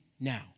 now